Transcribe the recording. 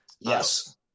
Yes